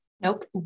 Nope